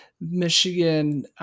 Michigan –